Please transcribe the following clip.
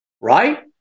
Right